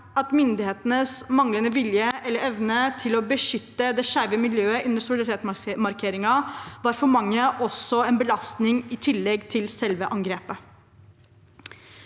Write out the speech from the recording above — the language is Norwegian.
at myndighetenes manglende vilje eller evne til å beskytte det skeive miljøet under solidaritetsmarkeringen for mange også var en belastning, i tillegg til selve angrepet.